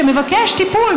שמבקש טיפול,